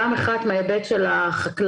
פעם אחת מההיבט של החקלאות,